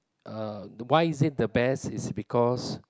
uh why is it the best is because